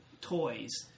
toys